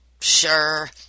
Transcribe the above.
Sure